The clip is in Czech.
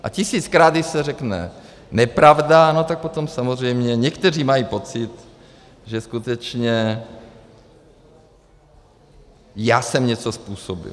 A tisíckrát když se řekne nepravda, no tak potom samozřejmě někteří mají pocit, že skutečně já jsem něco způsobil.